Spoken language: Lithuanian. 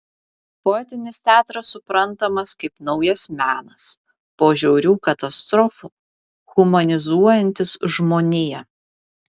poetinis teatras suprantamas kaip naujas menas po žiaurių katastrofų humanizuojantis žmoniją